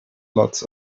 lots